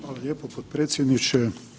Hvala lijepo potpredsjedniče.